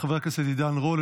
חבר הכנסת עידן רול,